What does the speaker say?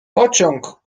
pociąg